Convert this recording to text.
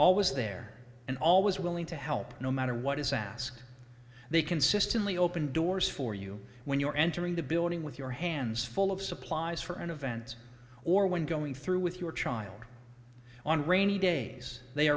always there and always willing to help no matter what is asked they consistently open doors for you when you are entering the building with your hands full of supplies for an event or when going through with your child on rainy days they